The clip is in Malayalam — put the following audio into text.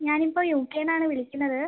ഞാനിപ്പോൾ യു കെ നിന്നാണ് വിളിക്കുന്നത്